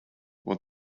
what